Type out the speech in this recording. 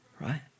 right